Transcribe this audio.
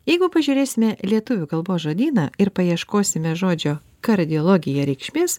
jeigu pažiūrėsime lietuvių kalbos žodyną ir paieškosime žodžio kardiologija reikšmės